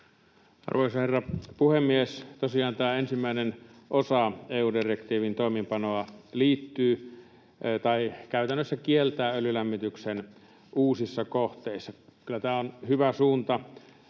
Arvoisa herra puhemies! Tosiaan ensimmäinen osa EU-direktiivin toimeenpanoa käytännössä kieltää öljylämmityksen uusissa kohteissa. Kyllä tämä on hyvä suunta: